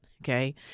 okay